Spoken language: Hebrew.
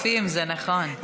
כולנו מצטרפים, זה נכון.